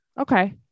Okay